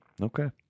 Okay